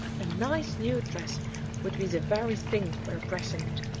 a nice new dress would be the very thing for a present.